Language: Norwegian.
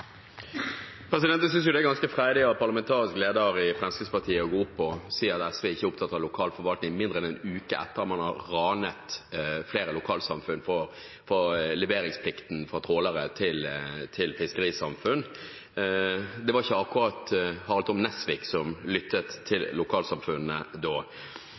ganske freidig av parlamentarisk leder i Fremskrittspartiet å gå opp og si at SV ikke er opptatt av lokal forvaltning, mindre enn en uke etter at man har ranet flere lokalsamfunn for leveringsplikten fra trålere til fiskerisamfunn. Det var ikke akkurat representanten Harald T. Nesvik som